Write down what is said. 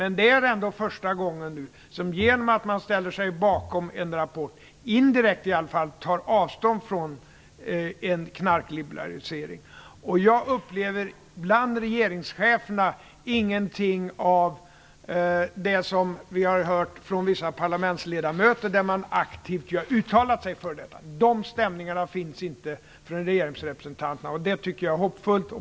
Men det är nu ändå första gången som man genom att ställa sig bakom en rapport i alla fall indirekt tar avstånd från en knarkliberalisering. Bland regeringscheferna upplever jag ingenting av det som vi har hört från vissa parlamentsledamöter som aktivt uttalat sig för detta. De stämningarna finns inte från regeringsrepresentanterna, och det tycker jag är hoppfullt.